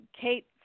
Kate